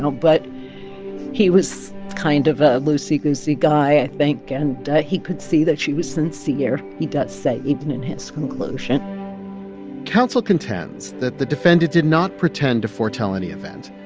so but he was kind of ah a loosey-goosey guy, i think, and he could see that she was sincere. he does say even in his conclusion counsel contends that the defendant did not pretend to foretell any event,